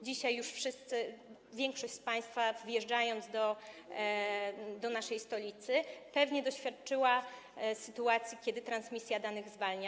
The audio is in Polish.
Dzisiaj już większość z państwa, wjeżdżając do naszej stolicy, pewnie doświadczyła sytuacji, kiedy transmisja danych zwalnia.